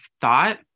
thought